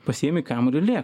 pasiimi kamuolį